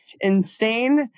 insane